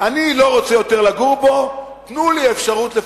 אני לא רוצה יותר לגור בו, תנו לי אפשרות לפנות.